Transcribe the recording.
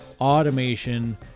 automation